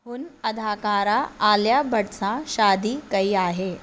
हुन अदाकारा आलिया भट्ट सां शादी कई आहे